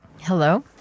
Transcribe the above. Hello